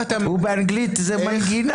באנגלית זה כמו מנגינה